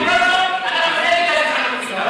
כולנו מפלים את האתיופים.